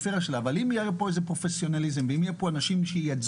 אבל אם יהיה פה פרופסיונליזם ואם יהיו אנשים שייצגו,